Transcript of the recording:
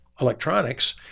electronics